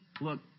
Look